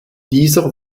dieser